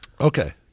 Okay